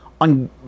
on